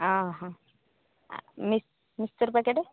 ହଁ ହଁ ମି ମିକ୍ସଚର ପ୍ୟାକେଟ